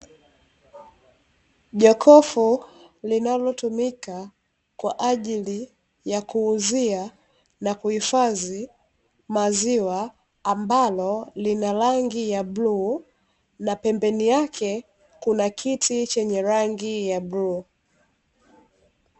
Jokofu linalotumika kwa ajili ya kuuzia na kuhifadhi maziwa, ambalo lina rangi ya bluu na pembeni yake kuna kiti chenye rangi ya bluu.